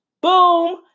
boom